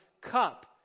cup